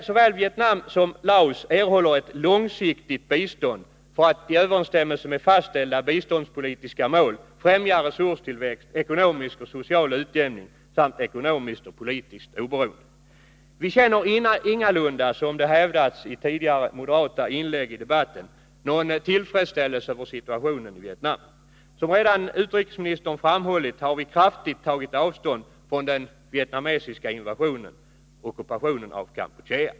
Såväl Vietnam som Laos erhåller ett långsiktigt bistånd för att — i överensstämmelse med fastställda biståndspolitiska mål — främja resurstillväxt, ekonomisk och social utjämning samt ekonomiskt och politiskt oberoende. Vi känner ingalunda, som hävdats i moderata inlägg tidigare i debatten, någon tillfredsställelse över situationen i Vietnam. Som redan utrikesministern framhållit har vi kraftigt tagit avstånd från den vietnamesiska invasionen i Kampuchea.